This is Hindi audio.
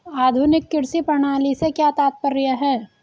आधुनिक कृषि प्रणाली से क्या तात्पर्य है?